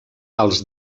els